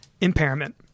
impairment